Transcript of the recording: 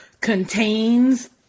contains